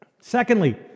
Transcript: Secondly